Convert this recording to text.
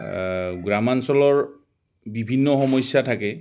গ্ৰামাঞ্চলৰ বিভিন্ন সমস্যা থাকে